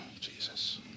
Jesus